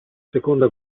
seconda